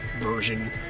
version